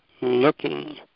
looking